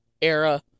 era